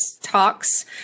Talks